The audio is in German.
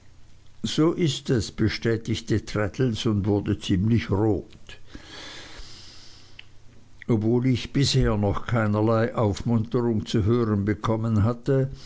so ist es bestätigte traddles und wurde ziemlich rot obwohl ich bisher noch keinerlei aufmunterung zu hören bekommen hatte